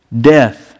death